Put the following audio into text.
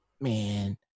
Man